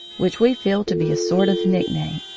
which we feel to be a sort of nickname,